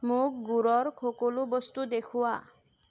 মোক গুৰৰ সকলো বস্তু দেখুওৱা